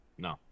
No